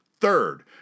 Third